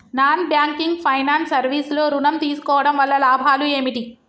Non banking finance service లో ఋణం తీసుకోవడం వల్ల లాభాలు ఏమిటి?